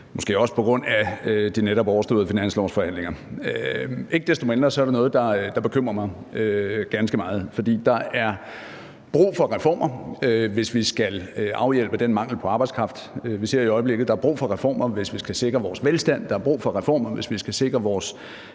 måske også på grund af de netop overståede finanslovsforhandlinger. Ikke desto mindre er det noget, der bekymrer mig ganske meget, for der er brug for reformer, hvis vi skal afhjælpe den mangel på arbejdskraft, vi ser i øjeblikket, der er brug for reformer, hvis vi skal sikre vores velstand, og der er brug for reformer, hvis vi skal sikre vores